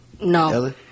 No